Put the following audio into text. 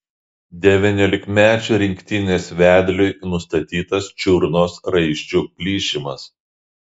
devyniolikmečių rinktinės vedliui nustatytas čiurnos raiščių plyšimas